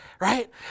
Right